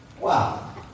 Wow